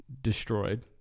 destroyed